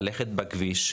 ללכת בכביש,